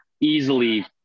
easily